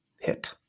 hit